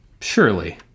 Surely